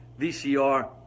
VCR